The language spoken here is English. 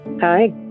Hi